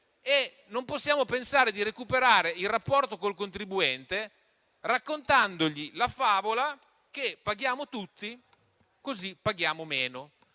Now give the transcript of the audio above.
Non possiamo poi pensare di recuperare il rapporto col contribuente raccontandogli la favola che paghiamo tutti per pagare meno.